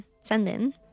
send-in